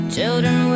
Children